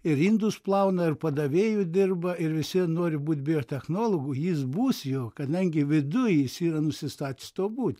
ir indus plauna ir padavėju dirba ir visvien nori būti biotechnologu jis bus juo kadangi viduj jis yra nusistatęs tuo būt